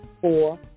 four